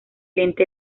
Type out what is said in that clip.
lente